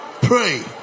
pray